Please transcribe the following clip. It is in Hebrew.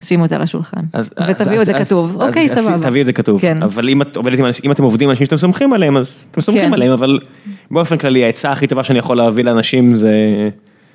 שימו את זה על השולחן, ותביאו את זה כתוב, אוקיי, סבבה. אז תביאו את זה כתוב, אבל אם אתם עובדים, אם אתם עובדים עם אנשים שאתם סומכים עליהם, אז אתם סומכים עליהם, אבל באופן כללי, העצה הכי טובה שאני יכול להביא לאנשים זה...